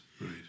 right